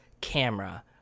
camera